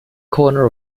corner